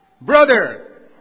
Brother